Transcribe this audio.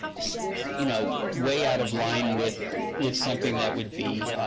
you know, way out of line with with something that would be